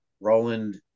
Roland